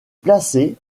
placée